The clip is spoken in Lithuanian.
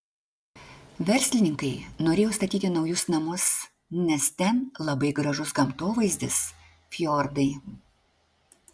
verslininkai norėjo statyti naujus namus nes ten labai gražus gamtovaizdis fjordai